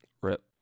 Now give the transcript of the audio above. Rip